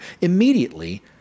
immediately